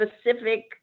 specific